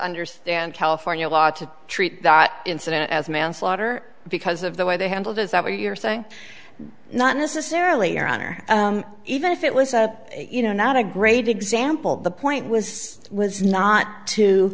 understand california law to treat the incident as manslaughter because of the way they handled is that what you're saying not necessarily your honor even if it was you know not a great example the point was was not to